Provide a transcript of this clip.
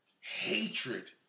hatred